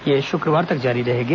यह शुक्रवार तक जारी रहेगी